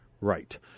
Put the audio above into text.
Right